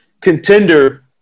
contender